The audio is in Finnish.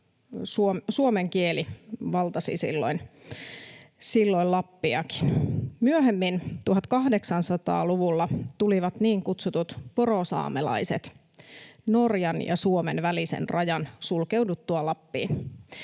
Suomen kieli valtasi silloin Lappiakin. Myöhemmin, 1800-luvulla, tulivat niin kutsutut porosaamelaiset Lappiin Norjan ja Suomen välisen rajan sulkeuduttua.